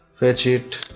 fetch it.